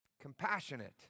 compassionate